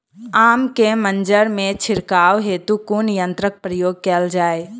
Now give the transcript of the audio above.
आम केँ मंजर मे छिड़काव हेतु कुन यंत्रक प्रयोग कैल जाय?